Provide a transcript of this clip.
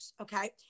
Okay